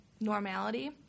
normality